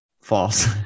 False